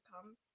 come